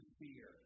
fear